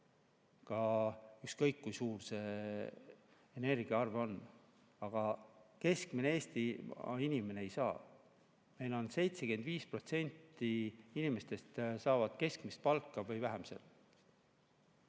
ükskõik kui suur see energiaarve on. Aga keskmine Eesti inimene ei saa. 75% inimestest saavad keskmist palka või alla selle.